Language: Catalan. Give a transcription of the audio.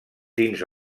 dins